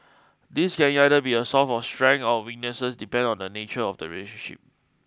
this can either be a source of strength or a weakness depending on the nature of the relationship